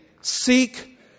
seek